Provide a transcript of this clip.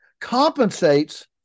compensates